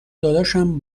داداشم